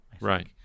Right